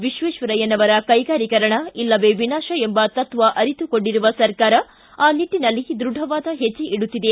ವಿಶ್ವೇಶ್ವರಯ್ಥನವರ ಕೈಗಾರೀಕರಣ ಇಲ್ಲವೇ ವಿನಾಶ ಎಂಬ ತತ್ವ ಅರಿತುಕೊಂಡಿರುವ ಸರ್ಕಾರ ಆ ನಿಟ್ಟನಲ್ಲಿ ದೃಢವಾದ ಹೆಜ್ಜೆ ಇಡುತ್ತಿದೆ